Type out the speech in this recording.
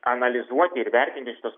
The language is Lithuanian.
analizuoti ir vertinti šitus